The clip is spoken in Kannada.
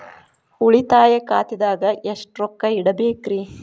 ಉಳಿತಾಯ ಖಾತೆದಾಗ ಎಷ್ಟ ರೊಕ್ಕ ಇಡಬೇಕ್ರಿ?